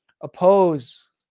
oppose